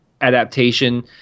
adaptation